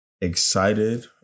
excited